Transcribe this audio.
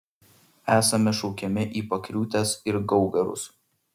esame šaukiami į pakriūtes ir gaugarus